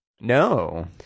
No